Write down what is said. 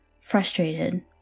frustrated